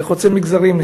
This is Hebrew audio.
זה חוצה מגזרים,